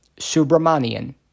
Subramanian